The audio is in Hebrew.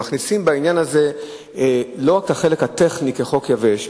מכניסים בעניין הזה לא רק את החלק הטכני כחוק יבש,